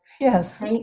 Yes